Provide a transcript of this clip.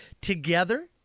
Together